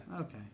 Okay